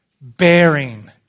Bearing